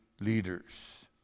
leaders